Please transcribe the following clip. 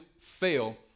fail